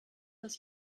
das